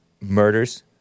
murders